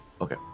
Okay